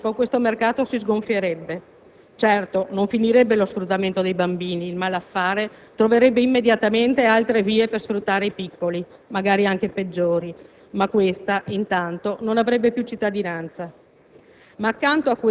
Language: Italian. in poco tempo questo mercato si sgonfierebbe. Certo, non finirebbe lo sfruttamento dei bambini, il malaffare troverebbe immediatamente altre vie per sfruttare i piccoli, magari anche peggiori, ma questa intanto non avrebbe più cittadinanza.